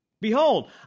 Behold